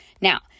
Now